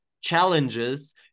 challenges